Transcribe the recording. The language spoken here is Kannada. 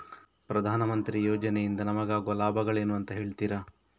ಪ್ರಧಾನಮಂತ್ರಿ ಯೋಜನೆ ಇಂದ ನಮಗಾಗುವ ಲಾಭಗಳೇನು ಅಂತ ಹೇಳ್ತೀರಾ?